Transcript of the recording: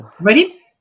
ready